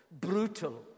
brutal